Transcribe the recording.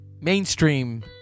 Mainstream